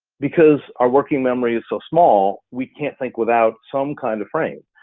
because our working memory is so small, we can't think without some kind of frame.